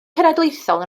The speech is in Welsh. cenedlaethol